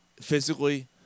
physically